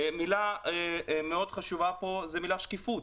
מילה מאוד חשובה פה זו המילה שקיפות,